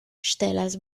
ŝtelas